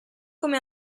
come